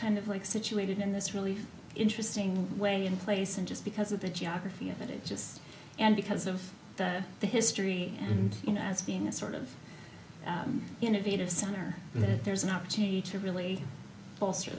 kind of like situated in this really interesting way and place and just because of the geography of it it just and because of that the history and you know as being a sort of innovative center that there's an opportunity to really bolster